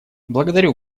благодарю